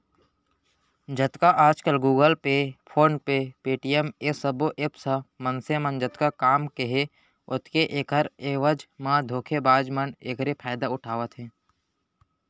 जतका आजकल Google Pay, PhonePe, Paytm ए सबो ऐप्स ह मनसे म जतका काम के हे ओतके ऐखर एवज म धोखेबाज मन एखरे फायदा उठावत हे